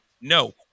No